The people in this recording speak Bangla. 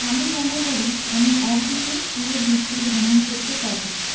আমি মনে করি আমি একদিনে পুরো বিশ্ব ভ্রমণ করতে পারবো